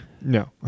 no